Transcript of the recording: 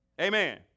Amen